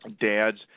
dads